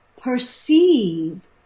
perceive